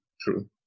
True